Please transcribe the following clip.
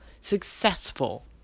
successful